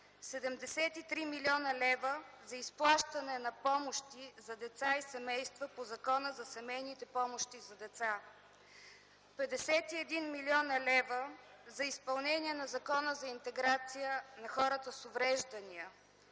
73 млн. лв. за изплащане на помощи за деца и семейства по Закона за семейните помощи за деца; 51 млн. лв. за изпълнение на Закона за интеграция на хората с увреждания;